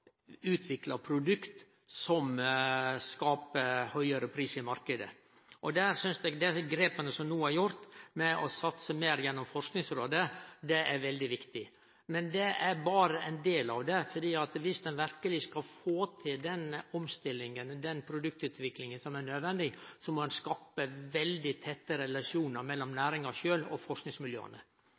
produkt som skapar høgare pris i marknaden. Eg synest dei grepa som no er gjorde, med å satse meir gjennom Forskingsrådet, er veldig viktige. Men det er berre ein del av det, for viss ein verkeleg skal få til den omstillinga og den produktutviklinga som er nødvendig, må ein skape veldig tette relasjonar mellom næringa sjølv og